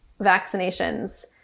vaccinations